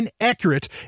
inaccurate